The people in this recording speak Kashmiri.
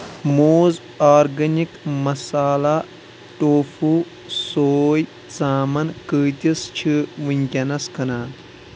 موٗز آرگٔنِک مسالا ٹوفوٗ سوے ژامن قۭتِس چھِ ونکیٛنَس کٕنان